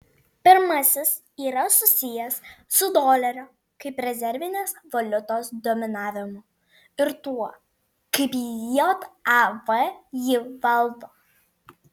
pirmasis yra susijęs su dolerio kaip rezervinės valiutos dominavimu ir tuo kaip jav jį valdo